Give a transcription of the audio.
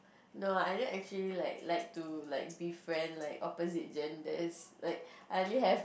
no I don't actually like like to like be friends like opposite genders like I only have